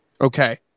Okay